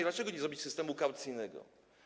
Dlaczego nie zrobić systemu kaucyjnego?